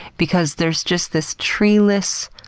because there's just this tree-less,